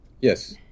Yes